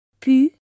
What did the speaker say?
pu